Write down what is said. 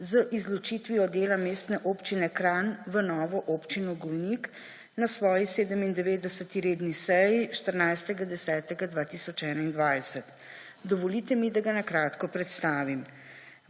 z izločitvijo dela Mestne občine Kranj v novo Občino Golnik na svoji 97. redni seji 14. 10. 2021. Dovolite mi, da ga na kratko predstavim.